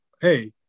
Hey